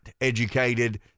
educated